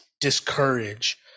discourage